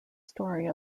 story